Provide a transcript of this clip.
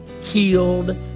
healed